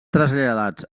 traslladats